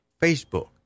Facebook